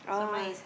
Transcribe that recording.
oh ah